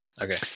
Okay